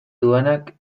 duenak